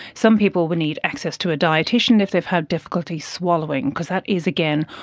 some people will need access to a dietician if they've had difficulties swallowing because that is, again,